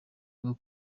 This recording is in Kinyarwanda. bwo